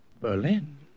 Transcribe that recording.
Berlin